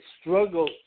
struggle